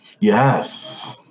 Yes